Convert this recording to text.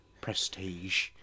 Prestige